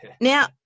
Now